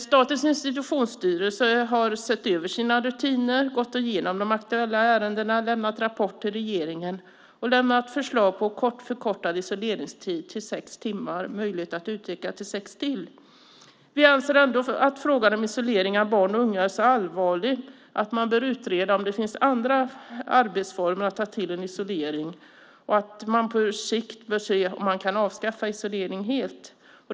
Statens institutionsstyrelse har sett över sina rutiner, gått igenom de aktuella ärendena, rapporterat till regeringen och kommit med förslag om en till sex timmar förkortad isoleringstid, med möjlighet att utveckla den till sex timmar till. Ändå anser vi att frågan om isolering av barn och unga är så allvarlig att man bör utreda om det finns andra arbetsformer än isolering att ta till samt att man på sikt bör se om det går att helt avskaffa isoleringen.